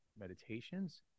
meditations